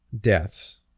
deaths